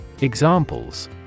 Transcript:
Examples